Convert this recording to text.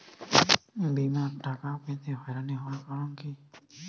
বিমার টাকা পেতে হয়রানি হওয়ার কারণ কি?